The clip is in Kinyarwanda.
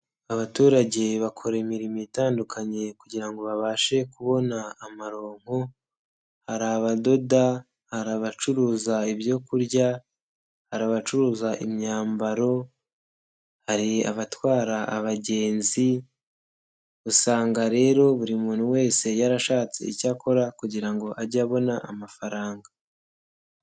Abaturage bakora imirimo itandukanye kugira ngo babashe kubona amaronko; hari abadoda, hari abacuruza ibyo kurya, hari abacuruza imyambaro, hari abatwara abagenzi. Usanga rero buri muntu wese yarashatse icya akora kugira ngo ajye abona amafaranga.